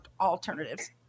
alternatives